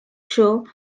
show